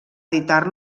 editar